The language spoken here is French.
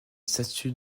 statuts